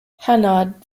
hanaud